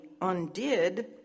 undid